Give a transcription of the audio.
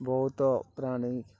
ବହୁତ ପ୍ରାଣୀ